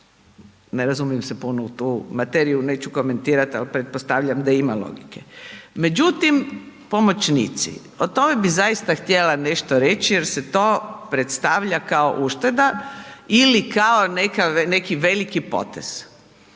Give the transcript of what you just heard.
ne razumijem se puno u tu materiju, neću komentirat, al pretpostavljam da ima logike. Međutim, pomoćnici, o tome bi zaista htjela nešto reći jer se to predstavlja kao ušteda ili kao neki veliki potez.